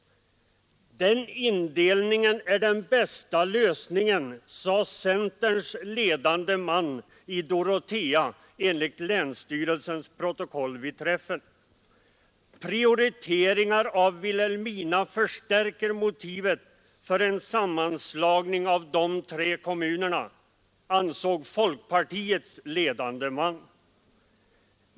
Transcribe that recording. ”Den indelningen är den bästa lösningen”, sade centerns ledande man i Dorotea enligt länsstyrelsens protokoll vid träffen. ”Prioriteringar av Vilhelmina förstärker motivet för en sammanslagning av de tre kommunerna”, ansåg folkpartiets ledande man.